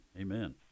Amen